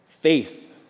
Faith